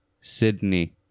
Sydney